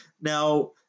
Now